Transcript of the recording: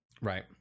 Right